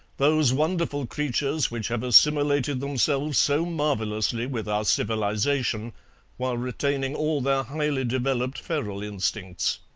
those wonderful creatures which have assimilated themselves so marvellously with our civilization while retaining all their highly developed feral instincts.